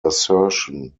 assertion